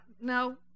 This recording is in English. no